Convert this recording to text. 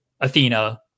athena